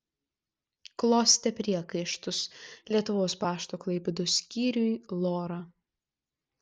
klostė priekaištus lietuvos pašto klaipėdos skyriui lora